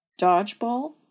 Dodgeball